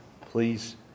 please